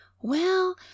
Well